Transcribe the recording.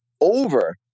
over